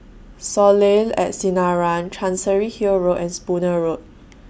Soleil At Sinaran Chancery Hill Road and Spooner Road